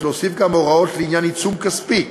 להוסיף גם הוראות לעניין עיצום כספי,